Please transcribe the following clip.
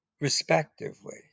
respectively